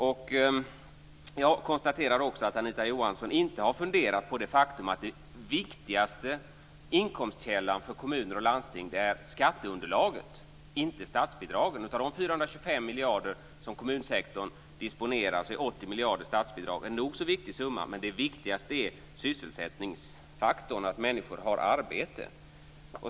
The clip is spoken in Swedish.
Jag konstaterar också att Anita Johansson inte har funderat på det faktum att den viktigaste inkomstkällan för kommuner och landsting är skatteunderlaget, inte statsbidragen. Av de 425 miljarder som kommunsektorn disponerar är 80 miljarder statsbidrag, en nog så viktig summa, men den viktigaste är sysselsättningsfaktorn, att människor har arbete.